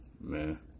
Man